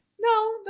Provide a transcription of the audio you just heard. No